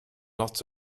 lots